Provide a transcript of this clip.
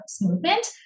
movement